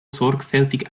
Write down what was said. sorgfältig